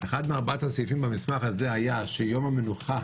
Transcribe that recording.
אחד מארבעת הסעיפים במסמך הזה היה שיום המנוחה